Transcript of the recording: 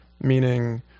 meaning